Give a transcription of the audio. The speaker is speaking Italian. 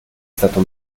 stato